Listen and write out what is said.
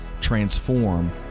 transform